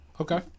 Okay